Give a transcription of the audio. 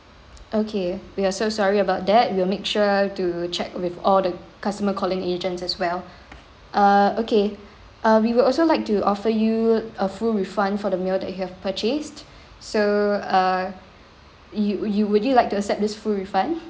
okay we are so sorry about that we'll make sure to check with all the customer calling agents as well err okay uh we will also like to offer you a full refund for the meal that you have purchased so uh you you would you like to accept this full refund